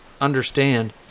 understand